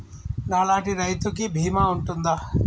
నా లాంటి రైతు కి బీమా ఉంటుందా?